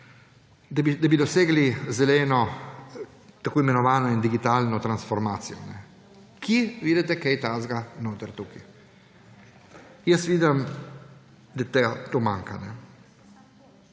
da bi dosegli zeleno tako imenovano digitalno transformacijo. Kje vidite kaj takega tukaj notri? Jaz vidim, da to manjka.